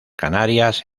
canarias